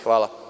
Hvala.